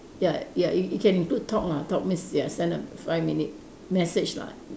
ya ya it it can include talk lah talk means ya send a five minute message lah